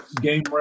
game